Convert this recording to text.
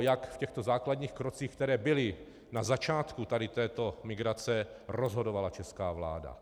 Jak v těchto základních krocích, které byly na začátku této migrace, rozhodovala česká vláda.